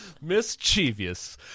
mischievous